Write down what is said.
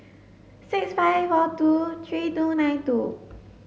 six five four two three two nine two